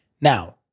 Now